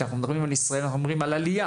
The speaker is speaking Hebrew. כשאנחנו מדברים על ישראל, אנחנו אומרים עלייה.